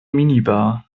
minibar